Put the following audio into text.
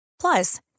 Plus